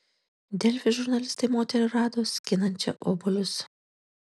delfi žurnalistai moterį rado skinančią obuolius